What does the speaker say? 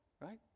right